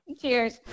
Cheers